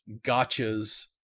gotchas